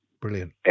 Brilliant